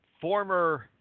former